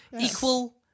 Equal